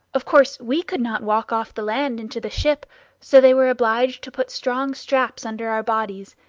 of course we could not walk off the land into the ship so they were obliged to put strong straps under our bodies,